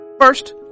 First